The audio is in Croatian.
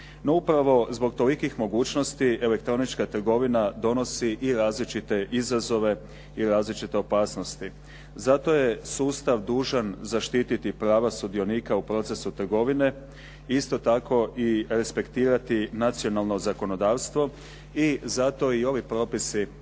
No, upravo zbog tolikih mogućnosti elektronička trgovina donosi i različite izazove i različite opasnosti, zato je sustav dužan zaštititi prava sudionika u procesu trgovine, isto tako i respektirati nacionalno zakonodavstvo. I zato i ovi propisi odnosno